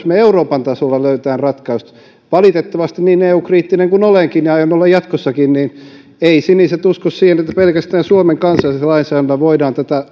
me euroopan tasolla löydämme ratkaisut valitettavasti niin eu kriittinen kuin olenkin ja aion olla jatkossakin siniset eivät usko siihen että pelkästään suomen kansallisella lainsäädännöllä voidaan tätä